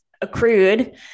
accrued